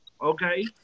okay